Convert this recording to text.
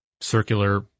circular